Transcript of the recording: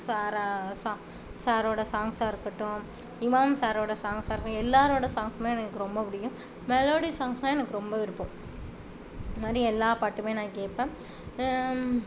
சாரா சா சாரோட சாங்ஸா இருக்கட்டும் இமாம் சாரோட சாங்ஸா இருக்க எல்லாரோடய சாங்ஸுமே எனக்கு ரொம்ப பிடிக்கும் மெலோடி சாங்ஸ்னா எனக்கு ரொம்ப விருப்பம் இந்தமாதிரி எல்லா பாட்டுமே நான் கேட்பேன்